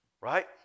Right